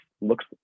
looks